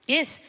Yes